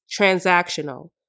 transactional